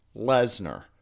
Lesnar